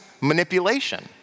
manipulation